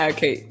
Okay